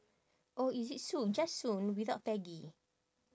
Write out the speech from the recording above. oh is it sue just sue without peggy